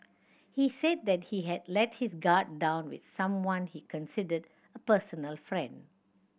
he said that he had let his guard down with someone he considered a personal friend